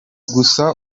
gusa